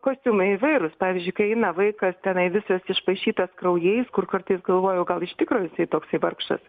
kostiumai įvairūs pavyzdžiui kai eina vaikas tenai visas išpaišytas kraujais kur kartais galvoju gal iš tikro jisai toksai vargšas